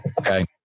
Okay